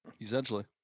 essentially